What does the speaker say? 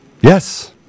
Yes